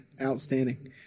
outstanding